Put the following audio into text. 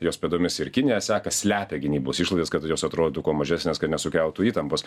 jos pėdomis ir kinija seka slepia gynybos išlaidas kad jos atrodytų kuo mažesnės kad nesukeltų įtampos